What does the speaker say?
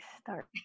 start